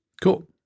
Cool